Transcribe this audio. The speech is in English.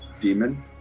demon